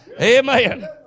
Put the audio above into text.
Amen